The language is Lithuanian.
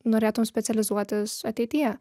norėtum specializuotis ateityje